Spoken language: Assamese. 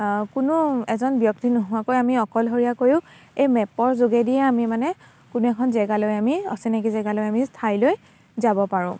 কোনো এজন ব্যক্তি নোহোৱাকৈও আমি অকলশৰীয়াকৈও এই মেপৰ যোগেদিয়ে আমি মানে কোনো এখন জেগালৈ আমি অচিনাকি জেগালৈ আমি ঠাইলৈ যাব পাৰোঁ